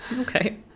okay